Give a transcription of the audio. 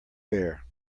bear